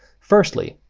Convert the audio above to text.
firstly,